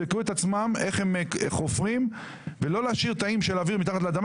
עצמם איך הם חופרים ולא להשאיר תאים של אוויר מתחת לאדמה